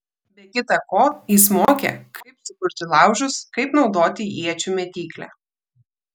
be kita ko jis mokė kaip sukurti laužus kaip naudoti iečių mėtyklę